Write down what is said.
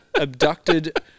abducted